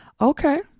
Okay